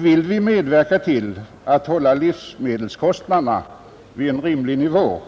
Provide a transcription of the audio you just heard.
Vill vi medverka till att hålla livsmedelskostnaderna på en rimlig nivå,